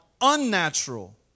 unnatural